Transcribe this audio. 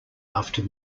after